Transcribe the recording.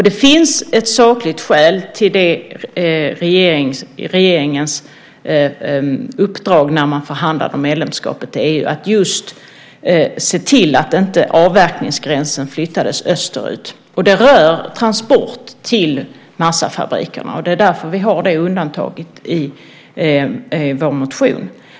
Det finns ett sakligt skäl till regeringens uppdrag när man förhandlade om medlemskapet i EU, nämligen att se till att avverkningsgränsen inte flyttades österut. Det rör transporter till massafabrikerna. Det är därför vi har det undantaget i vår motion.